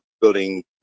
building